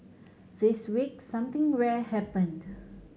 this week something rare happened